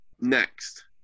next